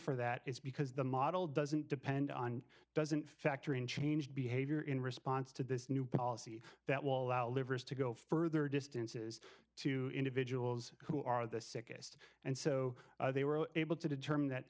for that is because the model doesn't depend on doesn't factor in change behavior in response to this new policy that will allow livers to go further distances to individuals who are the sickest and so they were able to determine that